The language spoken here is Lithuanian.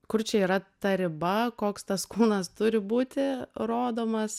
kur čia yra ta riba koks tas kūnas turi būti rodomas